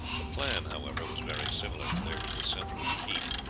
the plan, however, was very similar there was the central keep,